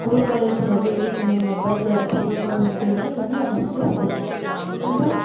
school କଲେଜକୁ ନଯାଇକି ସେମାନେ ମୋବାଇଲ୍ ଦ୍ୱାରା ଭିଡ଼ିଓ କଲ୍ ମାଧ୍ୟମରେ ସେମାନେ ପାଠ ମଧ୍ୟ ପରି ପାରୁଛନ୍ତି କିନ୍ତୁ